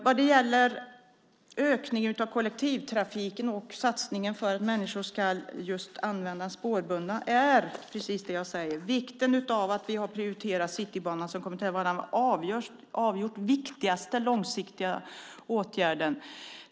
Vad gäller ökningen av kollektivtrafiken och satsningen för att människor ska använda spårbundna färdmedel är det viktiga att vi har prioriterat Citybanan, som kommer att vara den avgjort viktigaste långsiktiga åtgärden.